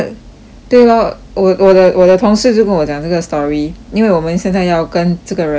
对 lor 我我的我的同事就跟我讲这个 story 因为我们现在要跟这个人